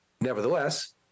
Nevertheless